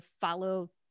follow